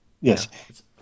Yes